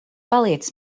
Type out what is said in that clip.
paliec